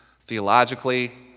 Theologically